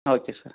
okay sir